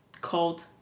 called